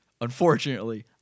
Unfortunately